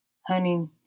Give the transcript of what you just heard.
honey